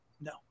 No